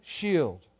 shield